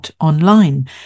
Online